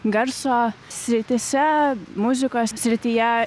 garso srityse muzikos srityje